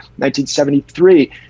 1973